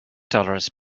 dollars